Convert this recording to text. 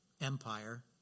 empire